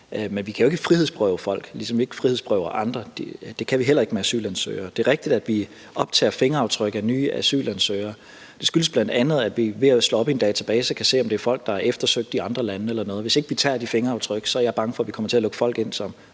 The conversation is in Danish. men vi kan jo ikke frihedsberøve folk, ligesom vi ikke frihedsberøver andre; det kan vi heller ikke med asylansøgere. Det er rigtigt, at vi optager fingeraftryk af nye asylansøgere; det skyldes bl.a., at vi ved at slå op i en database kan se, om det er folk, der er eftersøgt i andre lande eller noget. Hvis ikke vi tager de fingeraftryk, er jeg bange for, at vi kommer til at lukke folk ind, som